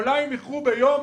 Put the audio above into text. אולי הם איחרו ביום,